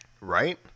right